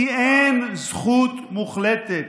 כי אין זכות מוחלטת.